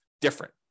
different